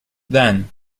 then